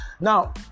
now